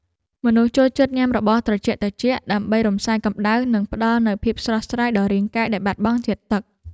មនុស្សចូលចិត្តញ៉ាំរបស់ត្រជាក់ៗដើម្បីរំសាយកម្តៅ និងផ្ដល់នូវភាពស្រស់ស្រាយដល់រាងកាយដែលបាត់បង់ជាតិទឹក។